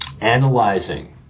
analyzing